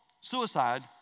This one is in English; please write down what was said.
suicide